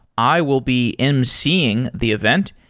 i will be emceeing the event,